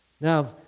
Now